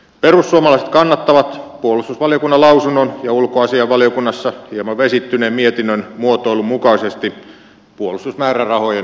perussuomalaiset kannattavat puolustusvaliokunnan lausunnon ja ulkoasiainvaliokunnassa hieman vesittyneen mietinnön muotoilun mukaisesti puolustusmäärärahojen nostamista